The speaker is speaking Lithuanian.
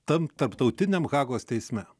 tam tarptautiniam hagos teisme